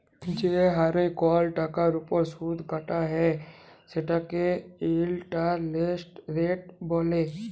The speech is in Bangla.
যে হারে কল টাকার উপর সুদ কাটা হ্যয় সেটকে ইলটারেস্ট রেট ব্যলে